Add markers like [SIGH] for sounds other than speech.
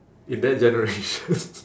in that generation [LAUGHS]